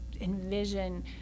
envision